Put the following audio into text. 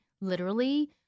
literally-